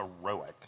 heroic